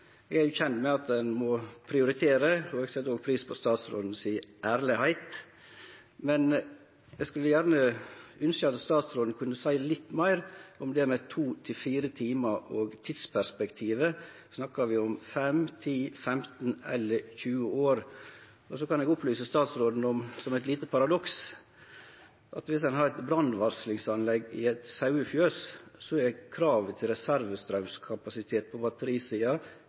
Eg er jo kjend med at ein må prioritere. Eg set òg pris på at statsråden er ærleg, men eg skulle ønskje at statsråden kunne seie litt meir om det med to til fire timar og tidsperspektivet. Snakkar vi om fem, ti, femten eller tjue år? Og så kan eg opplyse statsråden om – som eit lite paradoks – at viss ein har eit brannvarslingsanlegg i eit sauefjøs, er kravet til reservestraumkapasitet på batterisida